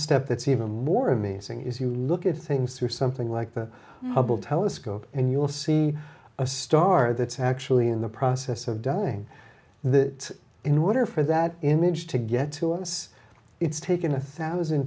step that's even more amazing is you look at things through something like the hubble telescope and you'll see a star that's actually in the process of dying that in order for that image to get to us it's taken a thousand